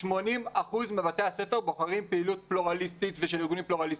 80% מבתי הספר בוחרים פעילות פלורליסטית ושל ארגונים פלורליסטים.